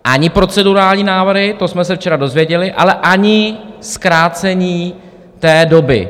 Ani procedurální návrhy, to jsme se včera dozvěděli, ale ani zkrácení té doby.